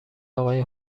اقای